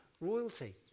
royalty